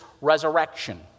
resurrection